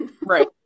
Right